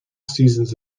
seasons